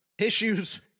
issues